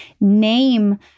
Name